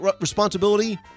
responsibility